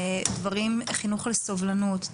מדברים על חינוך לסובלנות,